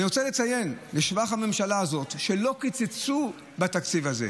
אני רוצה לציין לשבח את הממשלה הזאת שלא קיצצו בתקציב הזה,